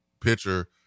pitcher